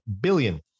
billion